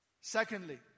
Secondly